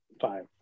Five